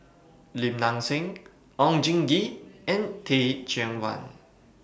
Lim Nang Seng Oon Jin Gee and Teh Cheang Wan